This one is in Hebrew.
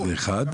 אתה יודע,